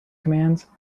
commands